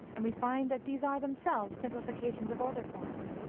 and we find that these are themselves simplifications of older forms